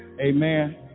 amen